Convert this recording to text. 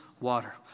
water